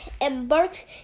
embarks